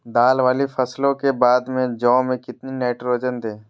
दाल वाली फसलों के बाद में जौ में कितनी नाइट्रोजन दें?